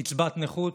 קצבת נכות,